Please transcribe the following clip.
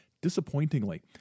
Disappointingly